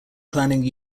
planning